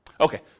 Okay